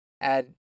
add